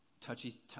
touchy